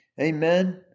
Amen